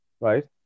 right